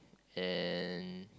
and